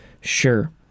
Sure